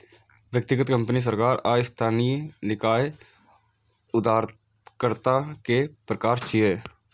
व्यक्तिगत, कंपनी, सरकार आ स्थानीय निकाय उधारकर्ता के प्रकार छियै